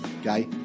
okay